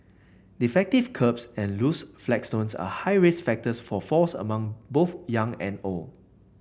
defective kerbs and loose flagstones are high risk factors for falls among both young and old